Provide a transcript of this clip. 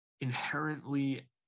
inherently